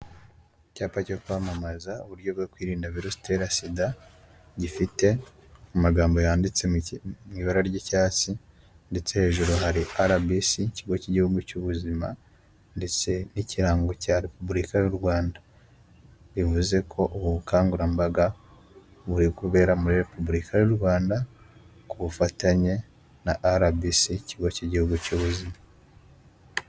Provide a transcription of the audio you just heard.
Icyapa cyo kwamamaza uburyo bwo kwirinda virusi itera sida gifite amagambo yanditse mu ibara ry'icyatsi ndetse hejuru hari rbc ikigo cy'igihugu cy'ubuzima ndetse n'ikirango cya repubulika y'u Rwanda . Bivuze ko ubu bukangurambaga buri kubera muri repubulika y'u Rwanda ku bufatanye na rbc ikigo cy'igihugu cy'ubuzima.